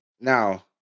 now